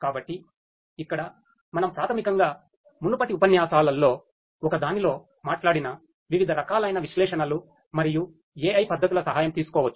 కాబట్టి ఇక్కడ మనము ప్రాథమికంగా మునుపటి ఉపన్యాసాలలో ఒకదానిలో మాట్లాడిన వివిధ రకాలైన విశ్లేషణలు మరియు AI పద్ధతుల సహాయం తీసుకోవచ్చు